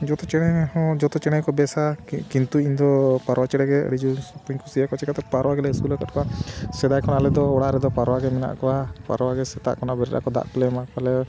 ᱡᱷᱚᱛᱚ ᱪᱮᱬᱮ ᱦᱚᱸ ᱡᱷᱚᱛᱚ ᱪᱮᱬᱮ ᱠᱚ ᱵᱮᱥᱟ ᱠᱤᱱᱛᱩ ᱤᱧ ᱫᱚ ᱯᱟᱣᱨᱟ ᱪᱮᱬᱮ ᱜᱮ ᱟᱰᱤ ᱡᱳᱨᱤᱧ ᱥᱚᱠᱛᱚᱧ ᱠᱩᱥᱤᱭᱟᱠᱚᱣᱟ ᱪᱤᱠᱟᱹᱛᱮ ᱯᱟᱣᱨᱟ ᱜᱮᱞᱮ ᱟᱹᱥᱩᱞ ᱟᱠᱟᱫ ᱠᱚᱣᱟ ᱥᱮᱫᱟᱭ ᱠᱷᱚᱱ ᱟᱞᱮ ᱫᱚ ᱚᱲᱟᱜ ᱨᱮᱫᱚ ᱯᱟᱣᱨᱟ ᱜᱮ ᱢᱮᱱᱟᱜ ᱠᱚᱣᱟ ᱯᱟᱣᱨᱟ ᱜᱮ ᱥᱮᱛᱟᱜ ᱠᱷᱚᱱᱟᱜ ᱵᱮᱨᱮᱫ ᱟᱠᱚ ᱫᱟᱜ ᱠᱚᱞᱮ ᱮᱢᱟ ᱠᱚᱣᱟᱞᱮ